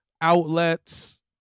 outlets